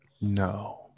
no